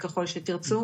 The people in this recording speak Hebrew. אותרו.